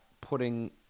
putting